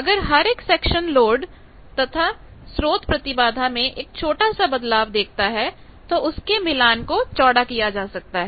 अगर हर एक सेक्शन लोड तथा स्रोत प्रतिबाधा में एक छोटा सा बदलाव देखता है तो उसके मिलान को चौड़ा किया जा सकता है